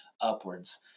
upwards